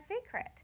secret